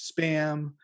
spam